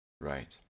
Right